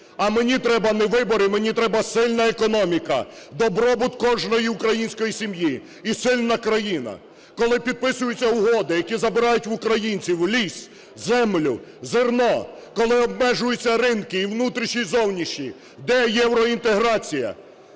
А мені треба не вибори - мені треба сильна економіка, добробут кожної української сім'ї і сильна країна. Коли підписуються угоди, які забирають в українців ліс, землю, зерно, коли обмежуються ринки і внутрішні, і зовнішні, де реальна інтеграція,